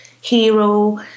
hero